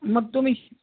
मग तुम्ही